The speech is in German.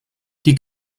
die